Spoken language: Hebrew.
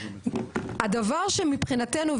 הדבר שמבחינתנו,